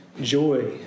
joy